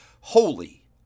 holy